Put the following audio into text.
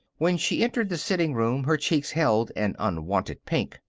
when she entered the sitting room her cheeks held an unwonted pink.